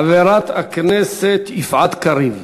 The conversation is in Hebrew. חברת הכנסת יפעת קריב.